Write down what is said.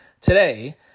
today